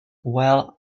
well